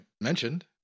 mentioned